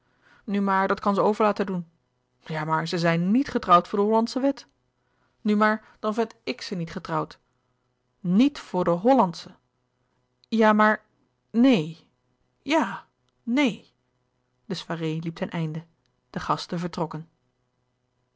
nu maar dat kan ze over laten doen ja maar ze zijn niet getrouwd voor de hollandsche wet nu maar dan vind ik ze niet getrouwd niet voor de hllandsche ja maar neen ja neen de soirée liep ten einde de gasten vertrokken